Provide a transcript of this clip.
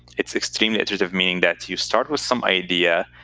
it's extremely iterative, meaning that you start with some idea,